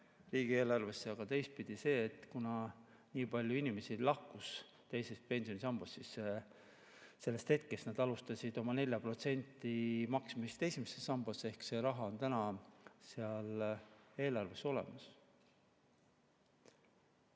riigieelarvesse, aga teistpidi, nii palju inimesi lahkus teisest pensionisambast ja sellest hetkest nad alustasid oma 4% maksmist esimesse sambasse. Ehk see raha on seal eelarves olemas.